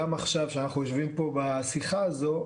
גם עכשיו כשאנחנו יושבים פה בשיחה הזו,